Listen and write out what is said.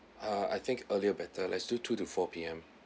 uh I think earlier better let's do two to four P_M